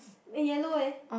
eh yellow eh